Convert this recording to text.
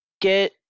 get